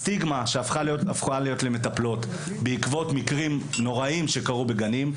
נוצרה סטיגמה למטפלות בעקבות מקרים נוראיים שקרו בגנים,